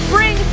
Bring